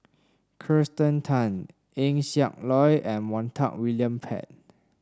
Kirsten Tan Eng Siak Loy and Montague William Pett